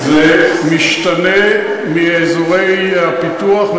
זה משתנה מאזורי הפיתוח,